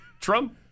Trump